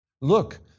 look